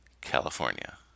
California